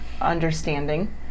understanding